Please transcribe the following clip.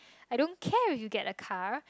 I don't care you get a car